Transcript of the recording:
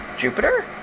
Jupiter